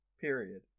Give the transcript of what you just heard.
period